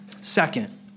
Second